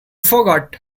forget